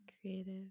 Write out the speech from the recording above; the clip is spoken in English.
creative